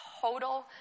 total